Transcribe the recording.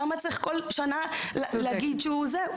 למה צריך כל שנה להגיד שהוא כך?